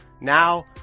now